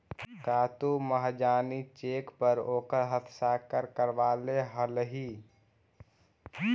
का तु महाजनी चेक पर ओकर हस्ताक्षर करवले हलहि